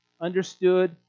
understood